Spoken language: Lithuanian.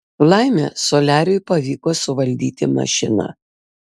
laimė soliariui pavyko suvaldyti mašiną